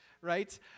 right